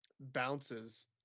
bounces